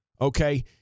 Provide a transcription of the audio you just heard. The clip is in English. okay